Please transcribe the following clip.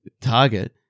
target